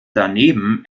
daneben